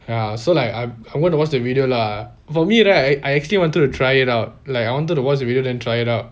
ya so like I I want to watch the video lah for me right I actually wanted to try it out like I wanted to watch the video then try it out